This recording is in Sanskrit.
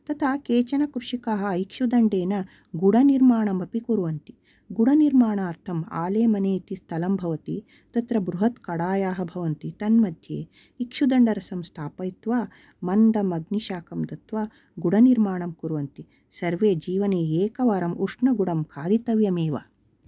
तथा केचन कृषिकाः इक्षुदण्डेन गुढनिर्माणम् अपि कुर्वन्ति गुढनिर्माणार्थं आलेमनि इति स्थलं भवति तत्र बृहद् कढायः भवन्ति तन् मध्ये इक्षुदण्डरसं स्थापयित्वा मन्दं अग्निशाकं दत्वा गुढनिर्माणं कुर्वन्ति सर्वे जीवने एकवारम् उष्णगुढं खादितव्यम् एव